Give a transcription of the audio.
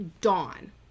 dawn